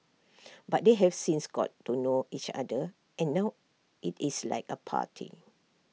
but they have since got to know each other and now IT is like A party